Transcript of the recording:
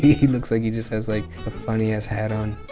he he looks like he just has like a funny ass hat on.